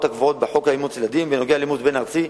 הקבועות בחוק אימוץ ילדים בנוגע לאימוץ בין-ארצי,